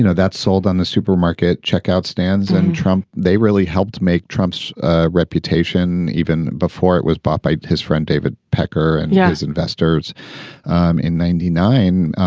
you know that's sold on the supermarket checkout stands. and trump, they really helped make trump's reputation even before it was bought by his friend david pecker and yeah his investors um in ninety nine.